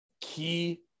key